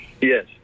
Yes